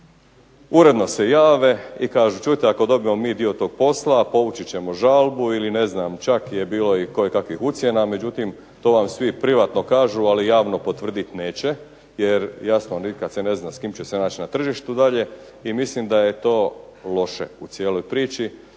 uredno se jave i kažu čujte ako dobijemo mi dio tog posla povući ćemo žalbu ili ne znam, čak je bilo i kojekakvih ucjena. Međutim to vam svi privatno kažu, ali javno potvrdit neće jer jasno, nikad se ne zna s kim će se naći na tržištu dalje i mislim da je to loše u cijeloj priči